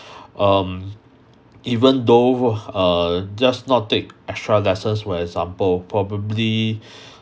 um even though err just not take extra lessons for example probably